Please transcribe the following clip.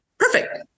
perfect